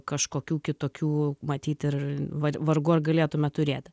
kažkokių kitokių matyt ir vargu ar galėtume turėti